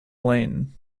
lynn